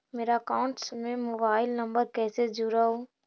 मेरा अकाउंटस में mobile number कैसे जुड़उ?